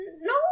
No